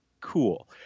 cool